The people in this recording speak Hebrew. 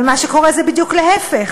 אבל מה שקורה זה בדיוק להפך: